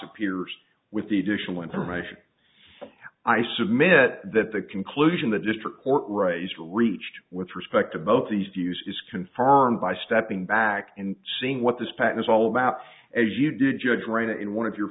appears with the additional information i submit that the conclusion the district court raised reached with respect to both these views is confirmed by stepping back and seeing what this pattern is all about as you did judge wright in one of your